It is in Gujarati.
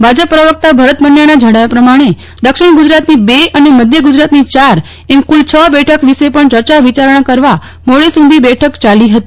ભાજપ પ્રવક્તા ભરત પંડચાના જજ્ઞાવ્યા પ્રમાણે દક્ષિણ ગુજરાતની બે અને મધ્ય ગુજરાતની ચાર એમ કુલ છ બેઠક વિશે પણ ચર્ચા વિચારણા કરવા મોડે સુધી બેઠક ચાલી હતી